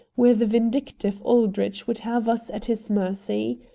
where the vindictive aldrich would have us at his mercy.